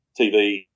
TV